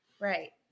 Right